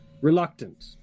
reluctant